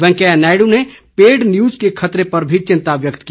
वेकैंया नायडू ने paid news के खतरे पर भी चिंता व्यक्त की